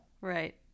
Right